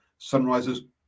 Sunrisers